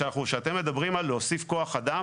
כשאתם מדברים על להוסיף כוח אדם,